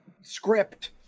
script